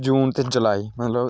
जून ते जुलाई मतलब